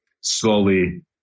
slowly